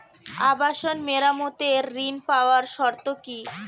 আবাসন মেরামতের ঋণ পাওয়ার শর্ত কি?